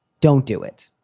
don't do it.